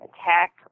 attack